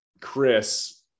Chris